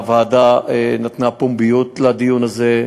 הוועדה נתנה פומביות לדיון הזה,